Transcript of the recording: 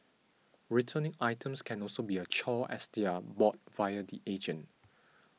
returning items can also be a chore as they are bought via the agent